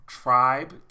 tribe